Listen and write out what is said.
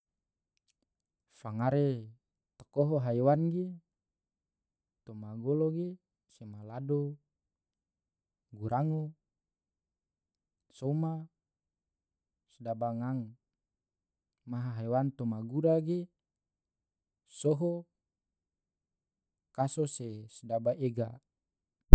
fangare takoho haiwan ge, toma ngolo ge sema lado, gurango, soma, se daba ngang, maha haiwan toma gura ge soho, kaso se sedaba ega.